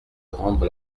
rendre